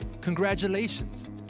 congratulations